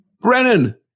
Brennan